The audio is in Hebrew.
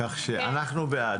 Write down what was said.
כך שאנחנו בעד.